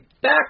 back